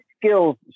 skills